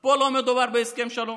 פה לא מדובר בהסכם שלום.